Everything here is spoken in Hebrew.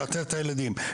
לאתר את הילדים,